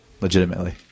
Legitimately